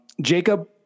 Jacob